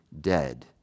dead